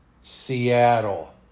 Seattle